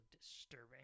disturbing